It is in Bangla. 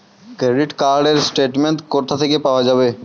ক্রেডিট কার্ড র স্টেটমেন্ট কোথা থেকে পাওয়া যাবে?